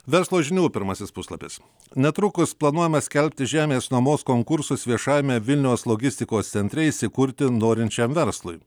verslo žinių pirmasis puslapis netrukus planuojama skelbti žemės nuomos konkursus viešajame vilniaus logistikos centre įsikurti norinčiam verslui